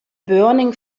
burning